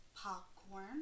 Popcorn